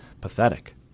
pathetic